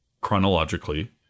chronologically